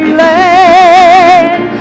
land